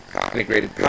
integrated